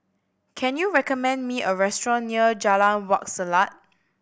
can you recommend me a restaurant near Jalan Wak Selat